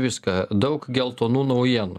viską daug geltonų naujienų